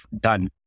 done